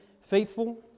faithful